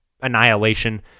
annihilation